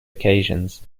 occasions